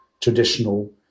traditional